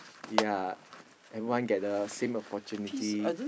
yea everyone get the same opportunity